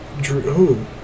Drew